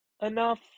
enough